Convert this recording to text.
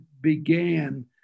began